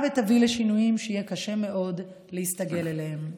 ותביא לשינויים שיהיה קשה מאוד להסתגל אליהם.